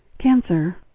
Cancer